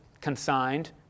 consigned